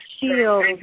shield